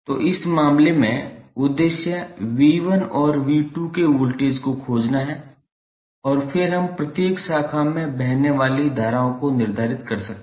तो इस मामले में उद्देश्य 𝑉1 और 𝑉2 के वोल्टेज को खोजना है और फिर हम प्रत्येक शाखा में बहने वाली धाराओं को निर्धारित कर सकते हैं